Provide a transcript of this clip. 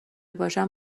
باشم